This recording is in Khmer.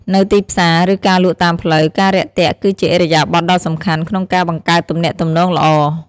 នៅទីផ្សារ ឬការលក់តាមផ្លូវ ការរាក់ទាក់គឺជាឥរិយាបថដ៏សំខាន់ក្នុងការបង្កើតទំនាក់ទំនងល្អ។